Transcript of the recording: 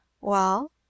Well